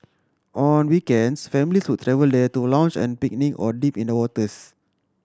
on weekends families would travel there to lounge and picnic or dip in waters